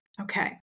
Okay